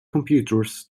computers